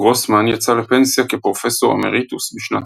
גרוסמן יצא לפנסיה כפרופסור אמריטוס בשנת